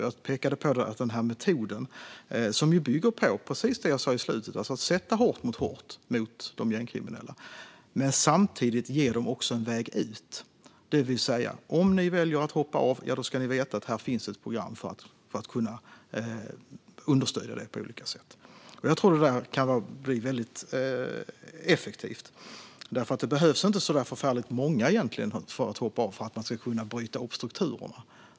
Jag pekade på den här metoden, som bygger på precis det jag sa i slutet, att sätta hårt mot hårt mot de gängkriminella men samtidigt också ge dem en väg ut: Om ni väljer att hoppa av ska ni veta att här finns ett program för att kunna understödja det på olika sätt. Jag tror att det där kan bli väldigt effektivt, för det behövs inte så förfärligt många som hoppar av för att man ska kunna bryta upp strukturerna.